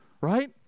Right